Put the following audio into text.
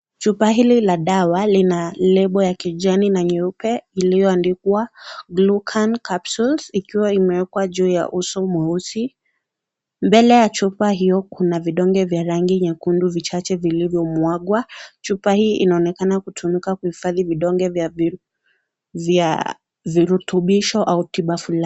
Chupa hili la dawa lina lebo ya kijani na nyeupe iliyoandikwa Glucan capsules ikiwa imewekwa juu ya uso mweusi. Mbele ya chupa hiyo kuna vidonge vya rangi nyekundu vichache vilivyo mwagwa. Chupa hii inaonekana kutumika kuhifadhi vidonge vya virutubisho au tiba fulani.